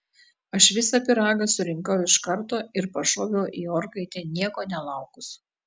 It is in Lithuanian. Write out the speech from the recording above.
aš visą pyragą surinkau iš karto ir pašoviau į orkaitę nieko nelaukus